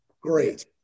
Great